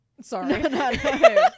sorry